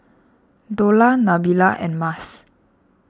Dollah Nabila and Mas